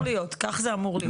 כך זה אמור להיות.